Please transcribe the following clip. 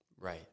Right